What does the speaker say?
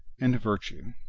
and virtue